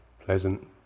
pleasant